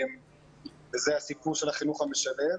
וזה הסיפור של החינוך המשלב.